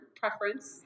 preference